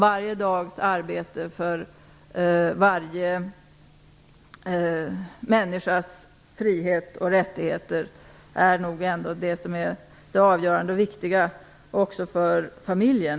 Varje dags arbete för varje människas frihet och rättigheter är nog ändå det som är det avgörande och viktiga också för familjen.